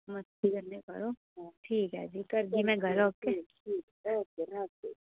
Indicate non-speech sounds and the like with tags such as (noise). (unintelligible) कन्नै करो ठीक ऐ जी करगी मैं गल्ल ओके